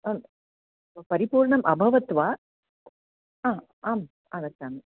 आम् परिपूर्णम् अभवत् वा हा आम् आगच्छामि